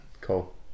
cool